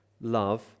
love